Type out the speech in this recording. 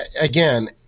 again